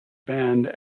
band